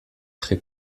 très